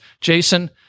Jason